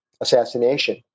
assassination